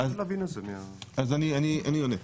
אני אענה.